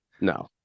No